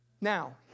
Now